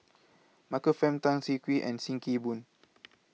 Michael Fam Tan Siah Kwee and SIM Kee Boon